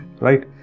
Right